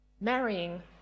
Marrying